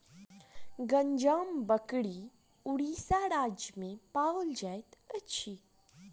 गंजाम बकरी उड़ीसा राज्य में पाओल जाइत अछि